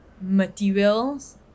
materials